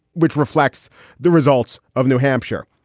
which reflects the results of new hampshire.